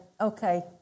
okay